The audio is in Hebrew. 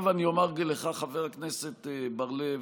עכשיו אני אומר לך, חבר הכנסת בר לב,